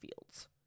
fields